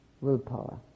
willpower